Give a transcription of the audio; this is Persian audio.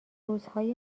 روزهای